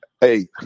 Hey